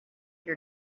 your